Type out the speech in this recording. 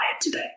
today